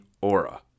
Aura